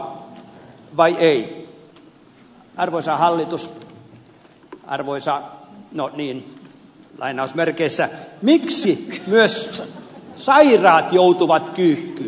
arvoisa hallitus arvoisa no niin lainausmerkeissä miksi myös sairaat joutuvat kyykkyyn